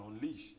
unleash